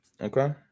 Okay